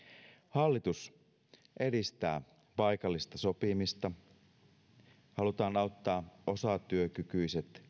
hallitus edistää paikallista sopimista halutaan auttaa osatyökykyiset kokoaikaiseen